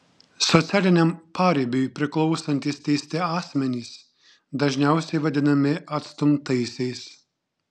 socialiniam paribiui priklausantys teisti asmenys dažniausiai vadinami atstumtaisiais